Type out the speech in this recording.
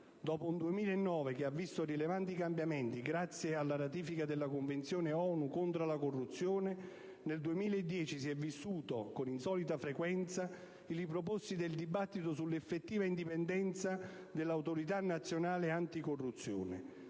Dopo un 2009 che ha visto rilevanti cambiamenti grazie alla ratifica della Convenzione ONU contro la corruzione, nel 2010 si è vissuto, con insolita frequenza, il riproporsi del dibattito sull'effettiva indipendenza dell'Autorità nazionale anticorruzione.